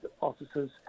officers